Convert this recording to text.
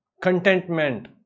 contentment